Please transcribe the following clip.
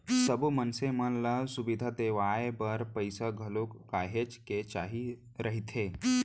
सब्बो मनसे मन ल सुबिधा देवाय बर पइसा घलोक काहेच के चाही रहिथे